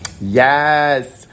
Yes